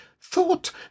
thought